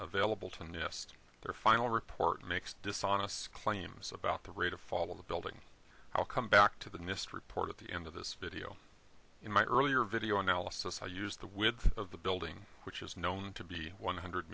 available to nist their final report makes dishonest claims about the rate of fall of the building i'll come back to the nist report at the end of this video in my earlier video analysis i use the width of the building which is known to be one hundred